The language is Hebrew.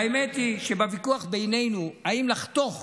והאמת היא שבוויכוח בינינו אם לחתוך